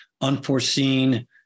unforeseen